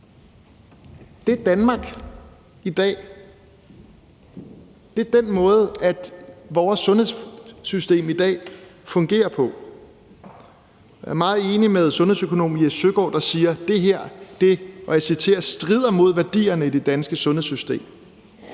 Det er Danmark i dag. Det er den måde, vores sundhedssystem i dag fungerer på. Jeg er meget enig med sundhedsøkonom Jes Søgaard, der siger, og jeg citerer: Det her strider imod værdierne i det danske sundhedssystem.